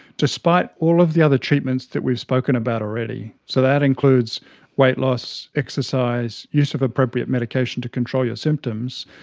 despite all of the other treatments that we've spoken about already, so that includes weight loss, exercise, use of appropriate medication to control your symptoms,